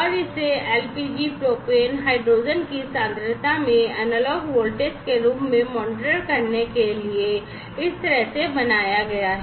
और इसे LPG propane और हाइड्रोजन की सांद्रता में एनालॉग वोल्टेज के रूप में मॉनिटर करने के लिए इस तरह से बनाया गया है